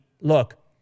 Look